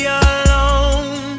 alone